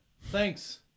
thanks